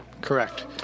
Correct